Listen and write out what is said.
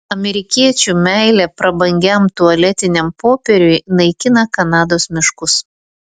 amerikiečių meilė prabangiam tualetiniam popieriui naikina kanados miškus